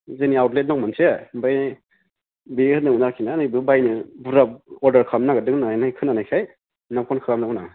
जोंनि आउटलेट दं मोनसे ओमफ्राय बे होनदोंमोन आरोखिना बेबो बायनो बुरजा अर्डार खालाम नगिरदों होनना खोनानायखाय नोंनाव कल खालामदोंमोन आं